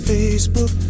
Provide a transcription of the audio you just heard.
Facebook